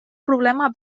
problema